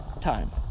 time